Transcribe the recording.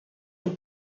und